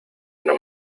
una